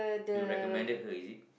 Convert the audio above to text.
you recommended her is it